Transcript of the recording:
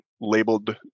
labeled